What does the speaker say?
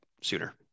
sooner